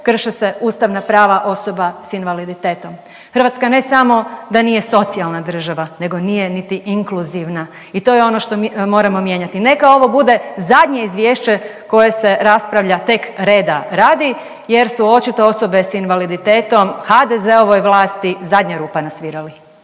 krše se ustavna prava osoba s invaliditetom. Hrvatska ne samo da nije socijalna država nego nije niti inkluzivna i to je ono što moramo mijenjati. Neka ovo bude zadnje izvješće koje se raspravlja tek reda radi jer su očito osobe s invaliditetom HDZ-ovoj vlasti zadnja rupa na svirali.